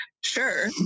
sure